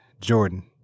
Jordan